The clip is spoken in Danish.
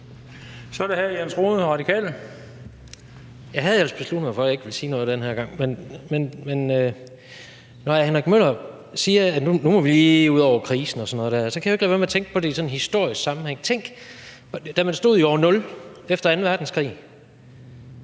Kl. 17:29 Jens Rohde (RV): Jeg havde ellers besluttet mig for, at jeg ikke ville sige noget den her gang, men når hr. Henrik Møller siger, at nu må vi lige ud over krisen og sådan noget der, kan jeg ikke lade være med at tænke på det i sådan en historisk sammenhæng. Tænk, hvis man, da man stod i år nul efter anden verdenskrig